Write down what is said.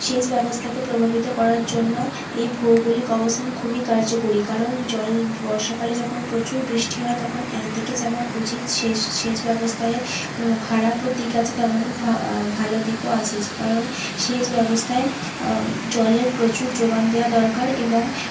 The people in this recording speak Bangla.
সেচ ব্যবস্থাকে প্রভাবিত করার জন্য এই ভৌগলিক অবস্থান খুবই কার্যকরী কারণ জল বর্ষাকালে যখন প্রচুর বৃষ্টি হয় তখন এক দিকে যেমন উচিত শেষ সেচ ব্যবস্থায়ের খারাপও দিক আছে তেমনই ভা ভালো দিকও আছেচ কারণ সেচ ব্যবস্থায় জলের প্রচুর জোগান দেয়া দরকার এবং